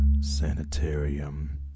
Sanitarium